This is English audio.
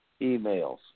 emails